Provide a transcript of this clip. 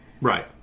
Right